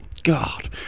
God